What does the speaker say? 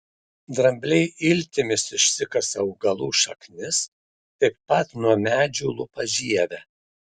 drambliai iltimis išsikasa augalų šaknis taip pat nuo medžių lupa žievę